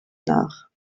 nach